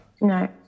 No